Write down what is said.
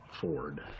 Ford